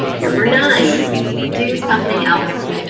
number nine do something else.